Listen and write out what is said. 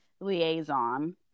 liaison